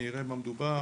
אני אראה במה מדובר.